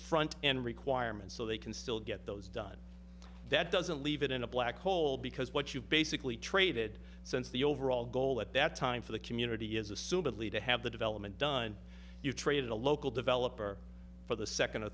front and requirements so they can still get those done that doesn't leave it in a black hole because what you've basically traded since the overall goal at that time for the community is assumably to have the development done you trade a local developer for the second or